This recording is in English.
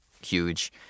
huge